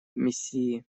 миссии